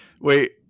wait